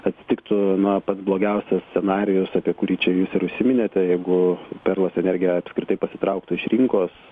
atsitiktų na pats blogiausias scenarijus apie kurį čia jūs ir užsiminėte jeigu perlas energija apskritai pasitrauktų iš rinkos